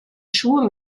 schuhe